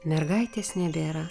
mergaitės nebėra